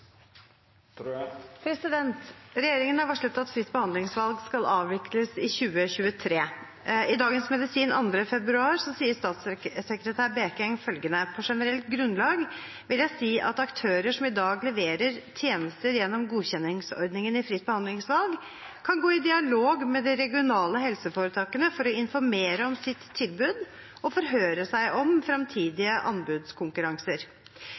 har varslet at Fritt behandlingsvalg skal avvikles i 2023. I Dagens Medisin 2. februar sier statssekretær Bekeng følgende: «på generelt grunnlag vil jeg si at aktører som i dag leverer tjenester gjennom godkjenningsordningen i Fritt behandlingsvalg, kan gå i dialog med de regionale helseforetakene for å informere om sitt tilbud og forhøre seg om fremtidige anbudskonkurranser.»